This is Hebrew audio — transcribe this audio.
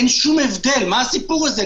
אין שום הבדל, מה הסיפור הזה?